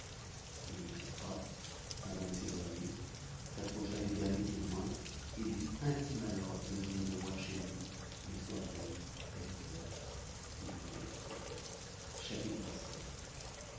le magistrat avant de s'éloigner s'approcha du dernier témoin et lui intima l'ordre de venir le voir chez lui le soir même à huit heures il voulait lui causer